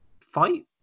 fight